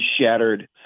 shattered